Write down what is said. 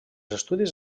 estudis